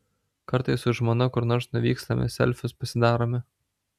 kartais su žmona kur nors nuvykstame selfius pasidarome